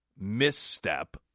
misstep